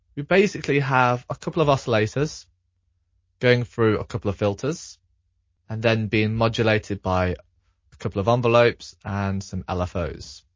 we basically have a couple of oscillators going through a couple of filters and then being modulated by a couple of envelopes and some lfos.